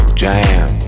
jam